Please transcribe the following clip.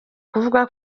kuvuga